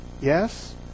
Yes